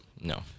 No